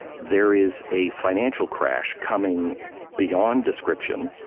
there is a financial crash coming beyond description,